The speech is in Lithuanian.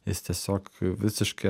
jis tiesiog visiškai